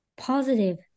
positive